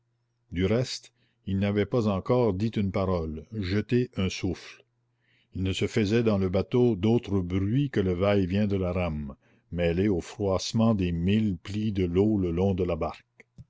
du reste il n'avait pas encore dit une parole jeté un souffle il ne se faisait dans le bateau d'autre bruit que le va-et-vient de la rame mêlé au froissement des mille plis de l'eau le long de la barque